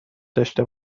داشته